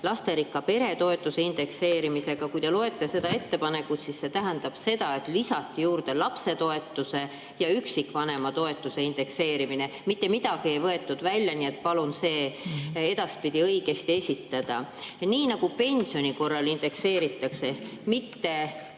lasterikka pere toetuse indekseerimise. Kui te loete seda ettepanekut, siis see [seisnes] selles, et lisati juurde lapsetoetuse ja üksikvanema toetuse indekseerimine. Mitte midagi ei võetud välja. Nii et palun see edaspidi õigesti esitada. Ka pensioni korral indekseeritakse mitte